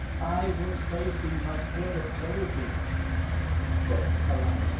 i will save thee, my peerless geraldine but alas,